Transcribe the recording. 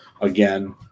again